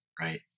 right